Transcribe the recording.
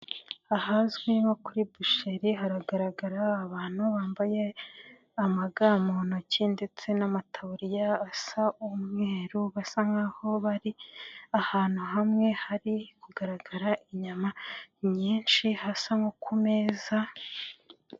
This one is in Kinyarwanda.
Ahazwi nko kuri busheri hagaragara abantu bambaye amaga mu ntoki ndetse n'amataburiya asa umweru basa nkaho bari ahantu hamwe hari kugaragara inyama nyinshi hasa nko ku meza.